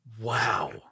Wow